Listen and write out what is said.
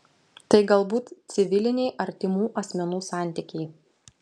tai galbūt civiliniai artimų asmenų santykiai